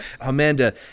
Amanda